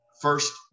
first